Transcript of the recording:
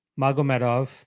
Magomedov